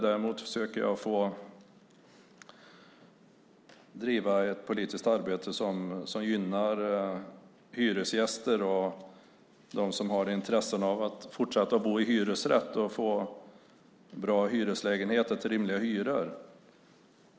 Däremot försöker jag få driva ett politiskt arbete som gynnar hyresgäster och dem som har intresse av att fortsätta att bo i hyresrätt och få bra hyreslägenheter till rimliga hyror.